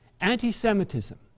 Anti-Semitism